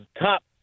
top